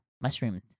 mushrooms